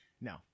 no